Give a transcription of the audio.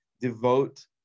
devote